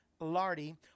Lardy